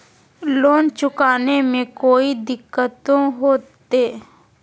Loan चुकाने में कोई दिक्कतों होते?